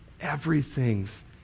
everything's